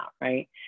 right